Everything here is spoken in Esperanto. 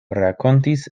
rakontis